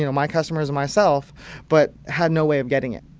you know my customers and myself but had no way of getting it.